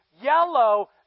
yellow